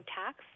tax